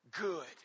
good